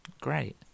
great